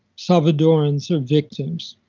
salvadorans are victims,